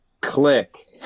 click